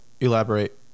Elaborate